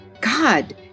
God